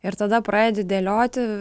ir tada pradedi dėlioti